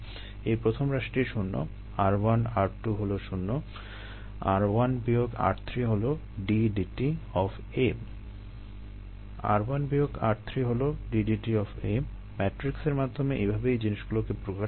এই প্রথম রাশিটি শূণ্য r1 r2 হলো শূণ্য r1 বিয়োগ r3 হলো ddt of A r1 বিয়োগ r3 হলো ddt of A ম্যাট্রিক্সের মাধ্যমে এভাবেই জিনিসগুলোকে প্রকাশ করা হয়